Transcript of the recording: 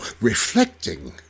reflecting